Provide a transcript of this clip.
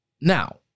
Now